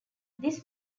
this